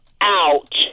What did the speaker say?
out